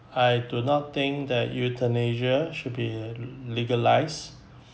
I do not think that euthanasia should be legalized